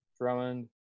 Drummond